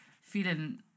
feeling